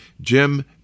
Jim